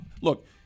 Look